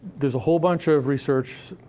there's a whole bunch of research,